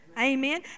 Amen